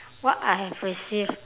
what I have received